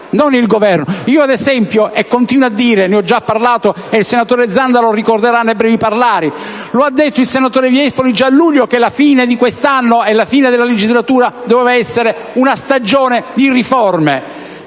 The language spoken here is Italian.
significato. Io ad esempio continuo a dire - ne ho già parlato, e il senatore Zanda lo ricorderà, e lo ha detto il senatore Viespoli già a luglio - che la fine di quest'anno e la fine della legislatura avrebbe dovuto essere una stagione di riforme.